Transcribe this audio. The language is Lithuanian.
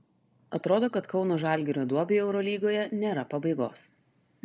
atrodo kad kauno žalgirio duobei eurolygoje nėra pabaigos